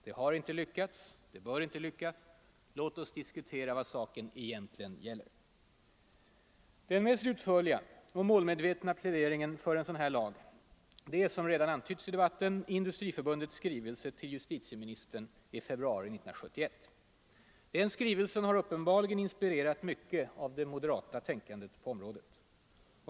Det har inte lyckats och bör inte lyckas. Låt oss diskutera vad saken egentligen gäller. Den mest utförliga och målmedvetna pläderingen för en sådan här lag är, som redan antytts i debatten, Industriförbundets skrivelse till justitieministern i februari 1971. Den skrivelsen har uppenbarligen inspirerat mycket av det moderata tänkandet på området.